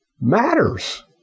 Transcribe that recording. matters